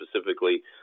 specifically